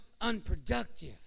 unproductive